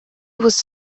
was